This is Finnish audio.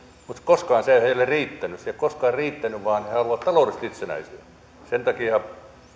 mutta koskaan se ei heille riittänyt se ei ole koskaan riittänyt vaan he haluavat taloudellisesti itsenäistyä sen takia